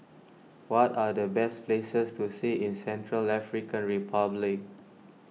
what are the best places to see in Central African Republic